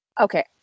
okay